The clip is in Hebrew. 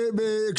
רגע.